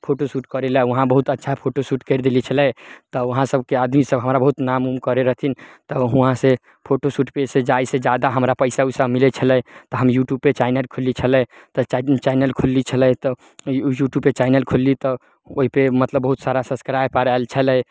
photo shoot करय लए वहाँ बहुत अच्छा फोटो सूट करि देले छलै तऽ वहाँ सभके आदमी सभ हमरा बहुत नाम उम करय रहथिन तऽ हुआँ सँ फोटो सूटपर सँ जाइ सँ जादा हमरा पैसा उसा मिलय छलै तऽ हम यूट्यूबपर चैनल खोलने छलै तऽ चै चैनल खोलले छली तऽ यू यूट्यूबपर चैनल खोलली तऽ ओइपर मतलब बहुत सारा सस्क्राइबर आयल छलै